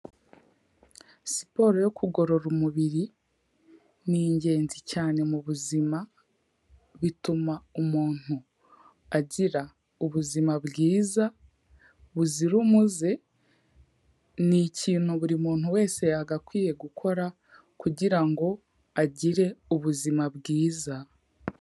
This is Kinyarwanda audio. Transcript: Siporo yo kugorora umubiri, ni ingenzi cyane mu buzima, ituma umuntu agira ubuzima bwiza buzira umuze, ni ikintu buri muntu wese yagakwiye gukora kugira ngo agire ubuzima bwiza.